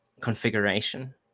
configuration